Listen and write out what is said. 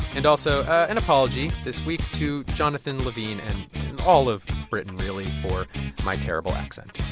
and also an apology this week to jonathan levin and all of britain, really, for my terrible accent.